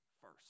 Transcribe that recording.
first